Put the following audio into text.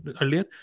earlier